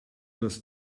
das